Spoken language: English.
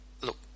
Look